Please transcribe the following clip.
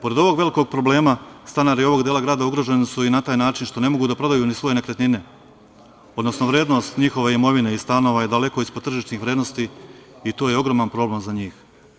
Pored ovog velikog problema, stanari ovog dela grada ugroženi su i na taj način što ne mogu da prodaju ni svoje nekretnine, odnosno vrednost njihove imovine i stanova je daleko ispod tržišnih vrednosti i to je ogroman problem za njih.